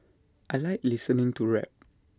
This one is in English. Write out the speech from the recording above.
I Like listening to rap